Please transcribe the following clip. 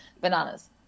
bananas